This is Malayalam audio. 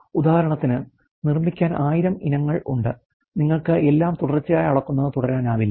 ഉദാഹരണത്തിന് നിർമ്മിക്കാൻ 1000 ഇനങ്ങൾ ഉണ്ട് നിങ്ങൾക്ക് എല്ലാം തുടർച്ചയായി അളക്കുന്നത് തുടരാനാവില്ല